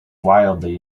wildly